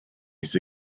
his